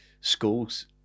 schools